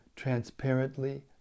Transparently